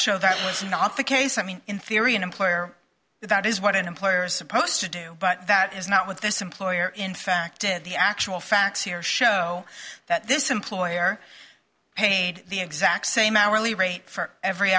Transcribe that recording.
show that was not the case i mean in theory an employer that is what employers supposed to do but that is not what this employer in fact did the actual facts here show that this employer paid the exact same hourly rate for every